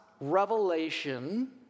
revelation